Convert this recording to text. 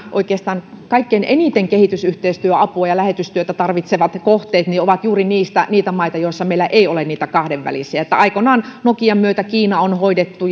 oikeastaan nämä kaikkein eniten kehitysyhteistyöapua ja lähetystyötä tarvitsevat kohteet ovat juuri niitä maita joissa meillä ei ole niitä kahdenvälisiä sopimuksia aikoinaan nokian myötä kiina on hoidettu